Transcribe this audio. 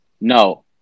no